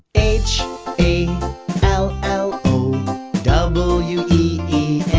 h a l l o w e